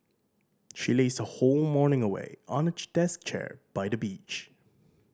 she lazed her whole morning away on a deck chair by the beach